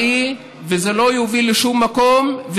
זה עוול נוראי וזה לא יוביל לשום מקום.